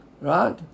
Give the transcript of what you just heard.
Right